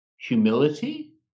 humility